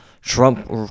Trump